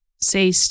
say